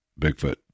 Bigfoot